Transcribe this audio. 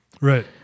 Right